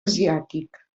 asiàtic